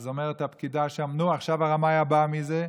ואז אומרת הפקידה שם: נו, עכשיו הרמאי הבא, מי זה?